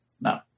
No